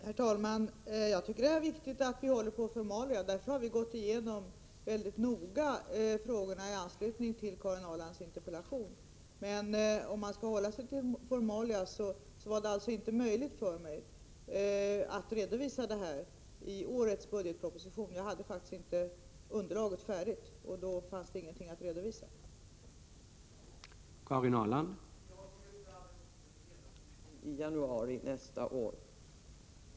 Prot. 1987/88:103 Herr talman! Jag tycker att det är viktigt att vi håller på formalia. Därför 19 april 1988 har vi också mycket noga gått igenom frågorna i anslutning till Karin Ömrättsskyddetför Ahrlands interpellation. Men om man skall hålla sig till formalia, så var det FR ö slide ; å ES barn i äktenskap alltså inte möjligt för mig att redovisa detta ärende i årets budgetproposition. noll svenskar Jag hade faktiskt inte underlaget färdigt, och därför fanns det ingenting att å och invandrare